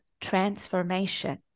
transformation